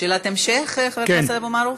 שאלת המשך, חבר הכנסת אבו מערוף?